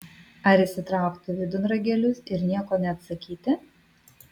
ar įsitraukti vidun ragelius ir nieko neatsakyti